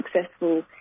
successful